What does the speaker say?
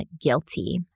guilty